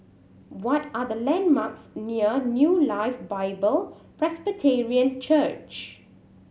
what are the landmarks near New Life Bible Presbyterian Church